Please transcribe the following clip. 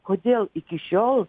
kodėl iki šiol